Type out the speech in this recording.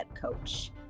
coach